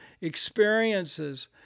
experiences